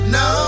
no